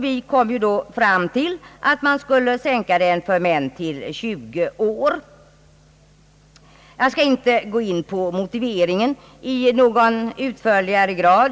Vi kom då fram till att man för män skulle sänka den till 20 år. Jag skall inte gå närmare in på motiveringen.